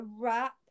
wrap